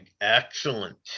Excellent